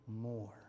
more